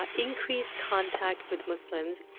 ah increased contact with muslims,